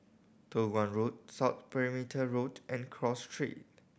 Toh Guan Road South Perimeter Road and Cross Street